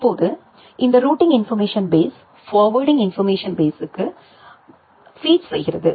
இப்போது இந்த routing information base forwarding information பேஸ்க்கு பீட் செய்கிறது